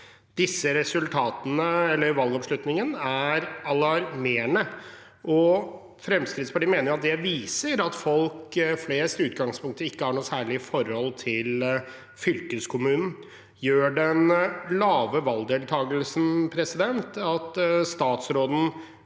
31,5 pst. Denne valgoppslutningen er alarmerende, og Fremskrittspartiet mener det viser at folk flest i utgangspunktet ikke har noe særlig forhold til fylkeskommunen. Gjør den lave valgdeltakelsen at statsråden